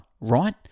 right